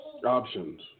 Options